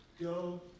go